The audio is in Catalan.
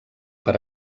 per